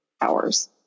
hours